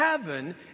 heaven